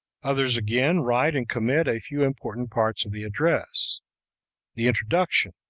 others again write and commit a few important parts of the address the introduction,